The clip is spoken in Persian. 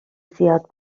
زیاد